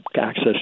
access